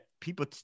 people